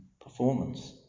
performance